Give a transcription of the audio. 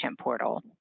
portal